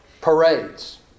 Parades